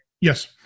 Yes